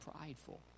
prideful